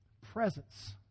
presence